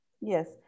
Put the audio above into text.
Yes